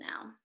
now